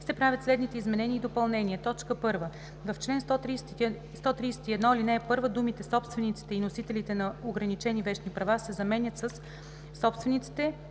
се правят следните изменения и допълнения: 1. В чл. 131, ал. 1 думите „собствениците и носителите на ограничени вещни права“ се заменят със „собствениците,